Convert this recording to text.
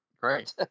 Great